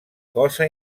cosa